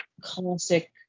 classic